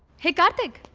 hey, karthik.